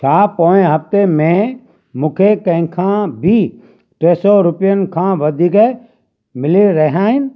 छा पोएं हफ़्ते में मूंखे कंहिं खां बि टे सौ रुपियनि खां वधीक मिली रहिया आहिनि